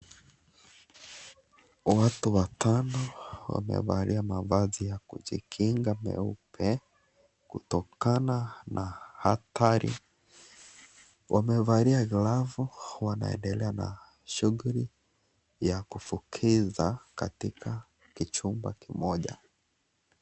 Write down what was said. Watu watano wamevaia mavazi ya kujikinga meupe kutokana na athari. Wamevalia glavu, wanaendela na shughuli ya kufukiza katika kichumba kimoja.